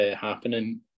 happening